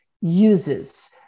uses